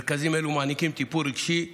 מרכזים אלו מעניקים טיפול רגשי ונפשי,